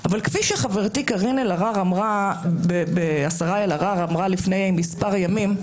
אבל כפי שחברתי השרה אלהרר אמרה לפני מס' ימים,